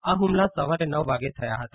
આ હુમલા સવારે નવ વાગે થયા હતા